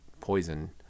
poison